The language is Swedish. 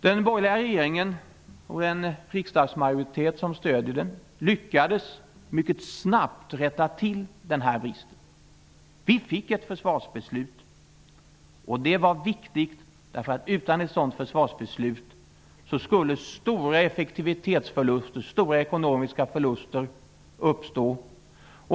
Den borgerliga regeringen, och en riksdagsmajoritet som stöder den, lyckades mycket snabbt rätta till den här bristen. Vi fick ett försvarsbeslut. Det var viktigt, därför att utan ett sådant försvarsbeslut skulle stora effektivitetsförluster och stora ekonomiska förluster ha uppstått.